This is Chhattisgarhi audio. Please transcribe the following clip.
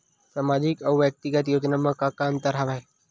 सामाजिक अउ व्यक्तिगत योजना म का का अंतर हवय?